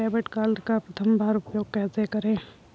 Debit card का प्रथम बार उपयोग कैसे करेंगे?